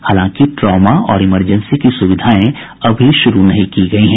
हालांकि अभी ट्रॉमा और इमरजेंसी की सुविधाएं अभी शुरू नहीं की गयी हैं